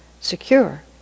secure